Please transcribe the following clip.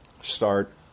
start